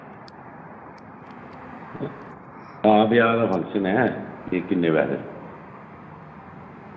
आं ब्याह् दा फंक्शन ऐ ते किन्ने पैसे